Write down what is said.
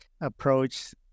approach